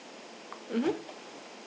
mmhmm